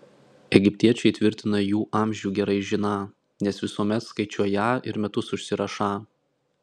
egiptiečiai tvirtina jų amžių gerai žiną nes visuomet skaičiuoją ir metus užsirašą